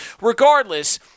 Regardless